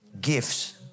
gifts